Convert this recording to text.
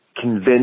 convince